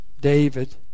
David